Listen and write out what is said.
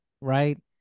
right